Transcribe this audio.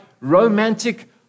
romantic